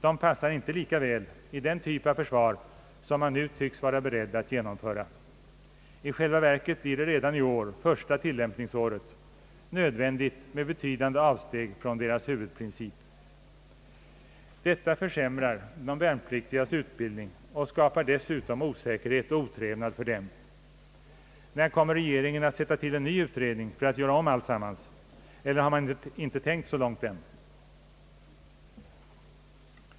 De passar inte lika väl i den typ av försvar som man nu tycks vara beredd att genomföra. I själva verket blir det redan i år — första tillämpningsåret — nödvändigt med betydande avsteg från deras huvudprinciper. Detta försämrar de värnpliktigas utbildning och skapar dessutom osäkerhet och otrevnad för dem. När kommer regeringen att sätta till en ny utredning för att göra om alltsammans? Eller har man inte tänkt så långt än?